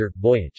Voyage